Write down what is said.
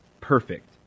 perfect